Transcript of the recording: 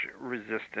resistance